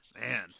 Man